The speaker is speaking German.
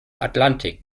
atlantik